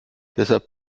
deshalb